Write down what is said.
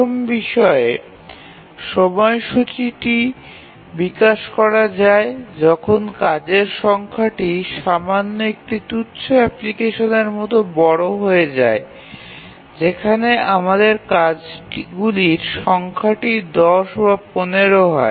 প্রথম বিষয়ে সময়সূচীটি বিকাশ করা হয় যখন কাজের সংখ্যাটি সামান্য একটি তুচ্ছ অ্যাপ্লিকেশনের মতো বড় হয়ে যায় যেখানে আমাদের কাজগুলির সংখ্যাটি ১০ বা ১৫ হয়